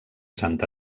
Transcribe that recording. sant